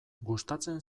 gustatzen